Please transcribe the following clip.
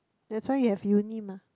that's why you have uni mah